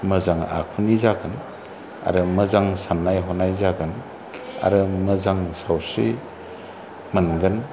मोजां आखुनि जागोन आरो मोजां सान्नाय हनाय जागोन आरो मोजां सावस्रि मोनगोन